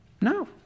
No